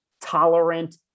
tolerant